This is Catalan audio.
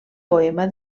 poema